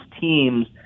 teams